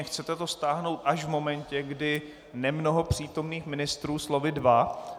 Chcete to stáhnout až v momentě, kdy nemnoho přítomných ministrů, slovy dva...